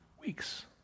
Weeks